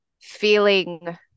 feeling